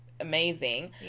amazing